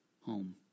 home